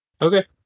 okay